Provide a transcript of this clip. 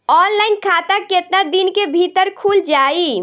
Online खाता केतना दिन के भीतर ख़ुल जाई?